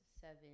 seven